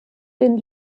den